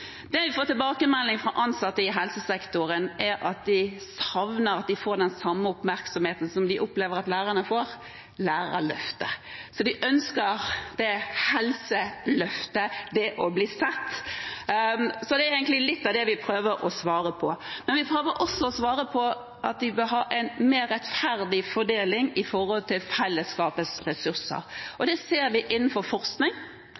Det vi får tilbakemeldinger fra ansatte i helsesektoren om, er at de savner den oppmerksomheten som de opplever at lærerne får med Lærerløftet. De ønsker «Helseløftet» – det å bli sett. Det er egentlig litt av det vi prøver å svare på. Men vi prøver også å svare på at vi bør ha en mer rettferdig fordeling av fellesskapets ressurser. Det ser vi innenfor forskning.